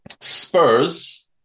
Spurs